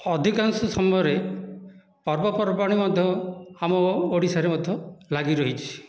ଅଧିକାଂଶ ସମୟରେ ପର୍ବପର୍ବାଣି ମଧ୍ୟ ଆମ ଓଡ଼ିଶାରେ ମଧ୍ୟ ଲାଗିରହିଛି